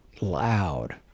loud